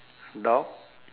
dog